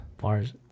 Bars